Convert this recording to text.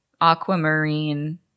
aquamarine –